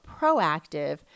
proactive